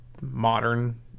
modern